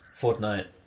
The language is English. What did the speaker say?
Fortnite